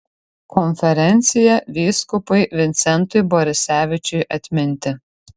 konferencija vyskupui vincentui borisevičiui atminti